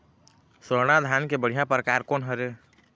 स्वर्णा धान के बढ़िया परकार कोन हर ये?